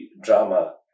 drama